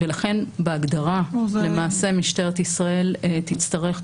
ולכן בהגדרה למעשה משטרת ישראל תצטרך,